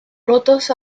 rotos